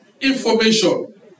information